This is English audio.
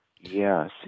yes